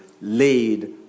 laid